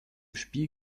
spiel